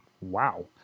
wow